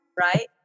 Right